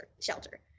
shelter